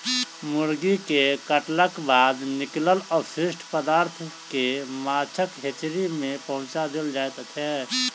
मुर्गी के काटलाक बाद निकलल अवशिष्ट पदार्थ के माछक हेचरी मे पहुँचा देल जाइत छै